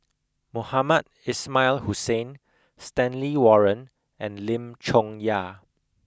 Mohamed Ismail Hussain Stanley Warren and Lim Chong Yah